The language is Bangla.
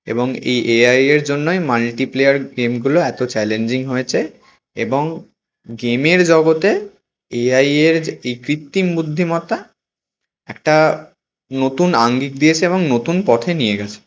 এবং এ এ আইয়ের জন্যই মাল্টিপ্লেয়ার গেমগুলো এতো চ্যালেঞ্জিং হয়েছে এবং গেমের জগতে এ আইয়ের যে এই কৃত্রিম বুদ্ধিমত্তা একটা নতুন আঙ্গিক দিয়েছে এবং নতুন পথে নিয়ে গেছে